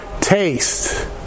taste